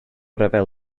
ryfel